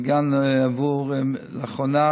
ולאחרונה